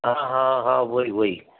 हाँ हाँ हाँ वही वही